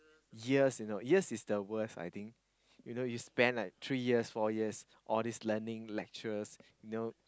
years you know years is the worst I think you know you spend like three years four years all these learning lecturers you know